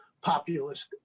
populist